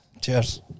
Cheers